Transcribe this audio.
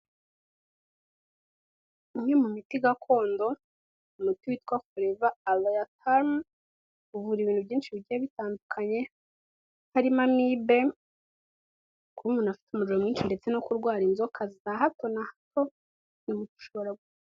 Imwe mu miti gakondo umuti witwa foreva aha uvura ibintu byinshi bigiye bitandukanye harimo mibe, kuba umuntu afite umuriro mwinshi ndetse no kurwara inzoka za hato na hato ibi bishobora...